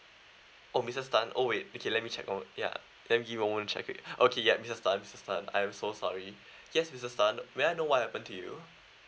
oh missus tan oh wait okay let me check oh ya check with okay missus tan missus tan I am so sorry yes missus tan may I know what happened to you